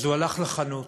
ואז הוא הלך לחנות